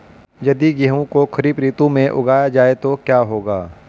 यदि गेहूँ को खरीफ ऋतु में उगाया जाए तो क्या होगा?